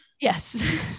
Yes